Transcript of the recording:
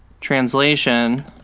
translation